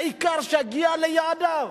העיקר שיגיע ליעדיו,